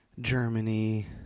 Germany